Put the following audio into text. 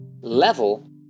level